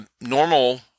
Normal